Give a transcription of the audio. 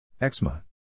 Eczema